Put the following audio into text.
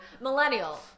Millennial